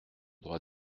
droit